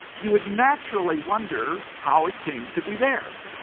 you would naturally wonder how it came to be there.